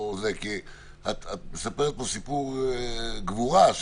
כי את מספרת פה סיפור גבורה.